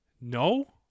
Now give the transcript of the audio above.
No